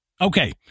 Okay